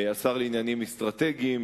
השר לעניינים אסטרטגיים,